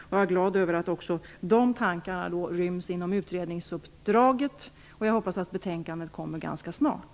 Jag är glad över att också de tankarna ryms inom utredningsuppdraget. Jag hoppas att betänkandet kommer ganska snart.